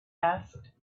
asked